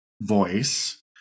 voice